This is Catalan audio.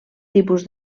tipus